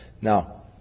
Now